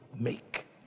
make